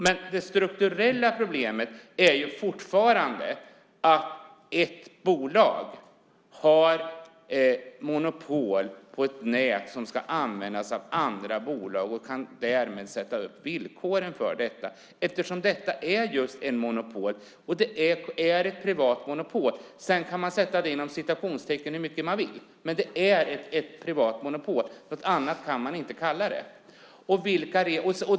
Men det strukturella problemet är fortfarande att ett bolag har monopol på ett nät som ska användas av andra bolag och därmed kan sätta upp villkoren för detta, eftersom detta är just ett monopol, och ett privat monopol. Man kan sätta det inom citationstecken hur mycket man vill, men det är ett privat monopol. Något annat kan man inte kalla det.